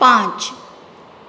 પાંચ